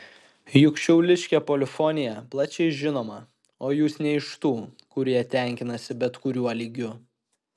juk šiauliškė polifonija plačiai žinoma o jūs ne iš tų kurie tenkinasi bet kuriuo lygiu